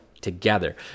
together